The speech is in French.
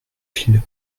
file